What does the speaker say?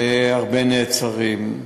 והרבה נעצרים.